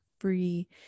free